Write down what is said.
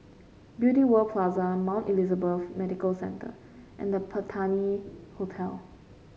Beauty World Plaza Mount Elizabeth Medical Centre and The Patina Hotel